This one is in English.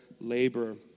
labor